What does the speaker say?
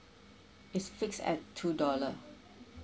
it's fixed at two dollar